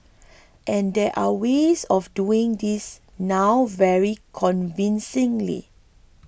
and there are ways of doing this now very convincingly